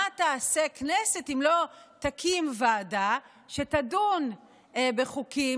מה תעשה הכנסת אם לא תקים ועדה שתדון בחוקים